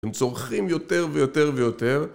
הם צורכים יותר ויותר ויותר